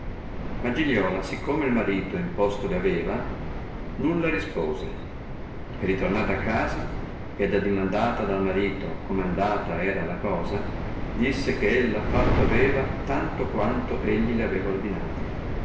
ma giliola sì come il marito imposto le aveva nulla rispose e ritornata a casa ed addimandata dal marito come andata era la cosa disse che ella fatto aveva tanto quanto egli le aveva ordinato